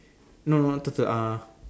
no not turtle uh